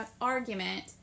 argument